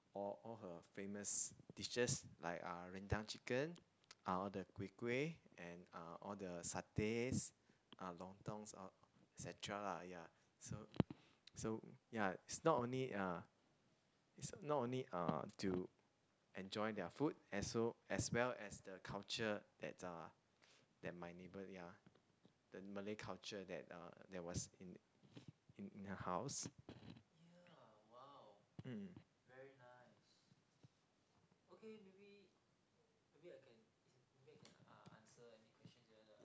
all her famous all her dishes like uh rendang chicken ah all the kueh-kueh and all the satays uh lontong et cetra so so it's not only to uh to enjoy their and so food as well as their culture that my neighbour ya